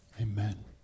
Amen